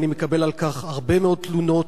ואני מקבל על כך הרבה מאוד תלונות,